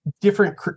different